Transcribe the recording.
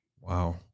Wow